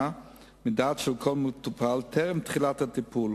מדעת של כל מטופל טרם תחילת הטיפול.